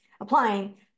applying